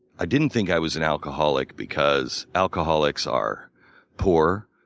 i didn't think i was an alcoholic because alcoholics are poor,